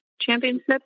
Championship